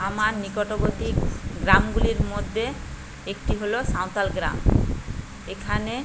আমার নিকটবর্তী গ্রামগুলির মধ্যে একটি হল সাঁওতাল গ্রাম এখানে